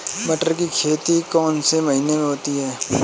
मटर की खेती कौन से महीने में होती है?